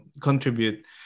contribute